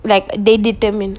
like they determine